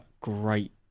great